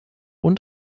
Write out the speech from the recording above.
und